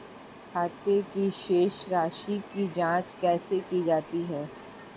खाते की शेष राशी की जांच कैसे की जाती है?